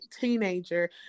teenager